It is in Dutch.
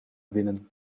winnen